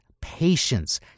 patience